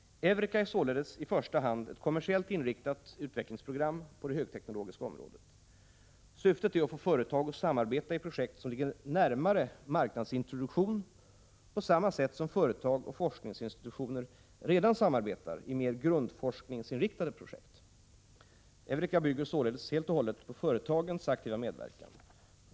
EUREKA är således i första hand ett kommersiellt inriktat utvecklingsprogram på det högteknologiska området. Syftet är att få företag att samarbeta i projekt som ligger närmare marknadsintroduktion på samma sätt som företag och forskningsinstitutioner redan samarbetar i mer grundforskningsinriktade projekt. EUREKA bygger således helt och hållet på företagens aktiva medverkan.